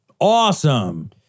Awesome